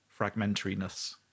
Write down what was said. fragmentariness